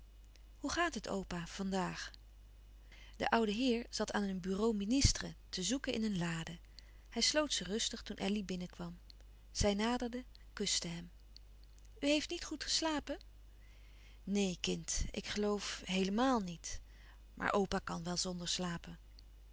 hoe gaat het opa vandaag de oude heer zat aan een bureau ministre te zoeken in een lade hij sloot ze rustig toen elly binnenkwam zij naderde kuste hem u heeft niet goed geslapen neen kind ik geloof heelemaal niet maar opa kan wel zonder slapen